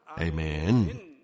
Amen